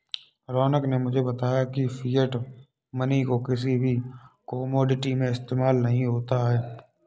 रौनक ने मुझे बताया की फिएट मनी को किसी भी कोमोडिटी में इस्तेमाल नहीं होता है